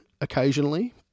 occasionally